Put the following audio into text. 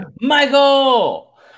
Michael